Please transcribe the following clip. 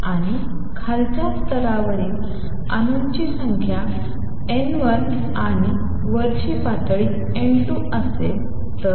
आणि खालच्या स्तरावरील अणूंची संख्या N1 आणि वरची पातळी N2 असेल तर